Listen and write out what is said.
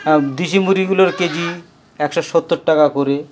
দেশি মুড়িগুলোর কেজি একশো সত্তর টাকা করে